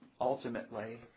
Ultimately